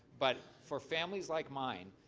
but for familyies like mine,